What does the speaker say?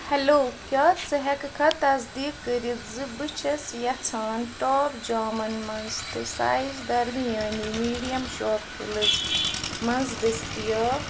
hello کیٛاہ ژٕ ہٮ۪کہٕ کھا تصدیٖق کٔرِتھ زٕ بہٕ چھَس یژھان ٹاپ جامَن منٛز تہٕ سایِز دَرمِیٲنۍ میٖڈیَم شاپ کِلِز منٛز دٔستیاب